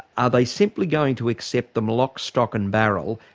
are they simply going to accept them lock, stock and barrel,